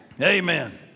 Amen